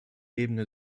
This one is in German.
ebene